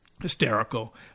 hysterical